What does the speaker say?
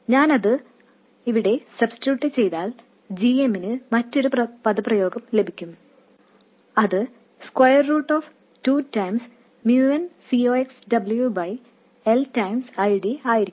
ഞാൻ അത് അവിടെ സബ്സ്റ്റിട്യൂട്ട് ചെയ്താൽ gm ന് മറ്റൊരു എക്സ്പ്രെഷൻ ലഭിക്കും അത് √2 L I D ആയിരിക്കും